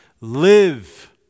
live